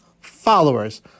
followers